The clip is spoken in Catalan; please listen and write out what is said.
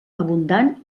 abundant